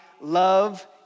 love